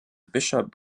bishop